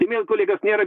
tai mieli kolegos nėra